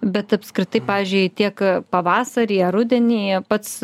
bet apskritai pavyzdžiui tiek pavasarį ar rudenį pats